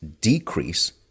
decrease